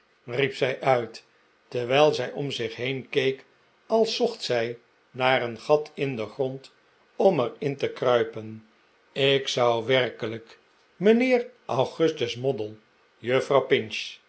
riep zij uit terwijl zij om zich heen keek als zocht zij naar een gat in den grond om er in te kruipen ik zou werkelijk mijnheer augustus moddle juffrouw